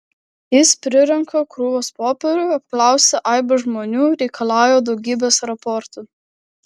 jis prirenka krūvas popierių apklausia aibes žmonių reikalauja daugybės raportų